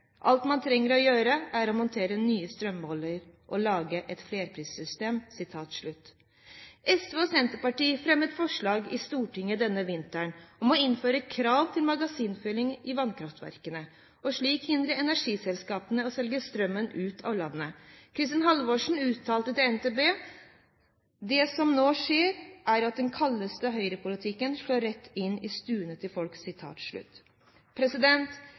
Alt man trenger å gjøre, er å montere nye strømmålere og å lage et flerprissystem.» SV og Senterpartiet fremmet forslag i Stortinget den vinteren om å innføre krav til magasinfylling i vannkraftverkene, og slik hindre energiselskapene i å selge strøm ut av landet. Kristin Halvorsen uttalte til NTB at «det som nå skjer er jo at den kaldeste høyrepolitikken slår rett inn i stuene til folk».